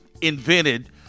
invented